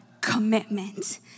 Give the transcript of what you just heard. commitment